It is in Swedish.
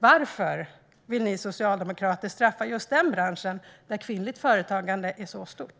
Varför vill Socialdemokraterna straffa just den bransch där kvinnligt företagande är stort?